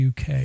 UK